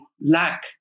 lack